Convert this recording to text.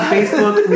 Facebook